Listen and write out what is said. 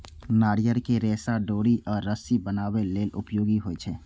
नारियल के रेशा डोरी या रस्सी बनाबै लेल उपयोगी होइ छै